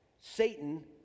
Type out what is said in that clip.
Satan